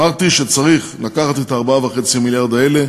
אמרתי שצריך לקחת את ה-4.5 מיליארד האלה,